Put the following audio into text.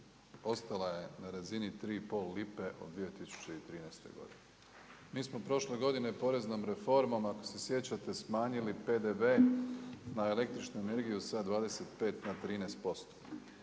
Ostala je na razini 3 i pol lipe od 2013. godine. Mi smo prošle godine poreznom reformom ako se sjećate, smanjili PDV na električnu energiju sa 25 na 13%.